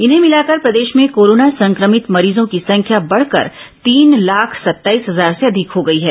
इन्हें मिलाकर प्रदेश में कोरोना संक्रमित मरीजों की संख्या बढकर तीन लाख सत्ताईस हजार से अधिक हो गई है